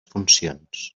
funcions